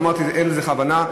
אמרתי: אין לזה כוונה.